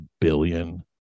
billion